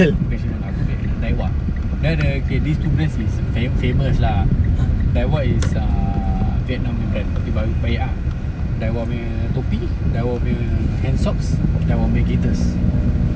bukan Shimano aku beli Daiwa dia ada okay this two brand is same famous lah like what is uh vietnam punya brand tapi baru baik ah Daiwa punya topi Daiwa punya handsocks Daiwa punya gaiters